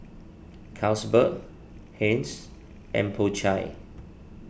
Carlsberg Heinz and Po Chai